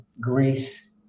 Greece